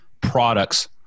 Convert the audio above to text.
products